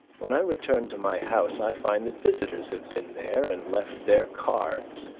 when i return to my house i find that visitors have been there and left their cards,